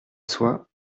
soit